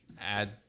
add